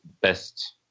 best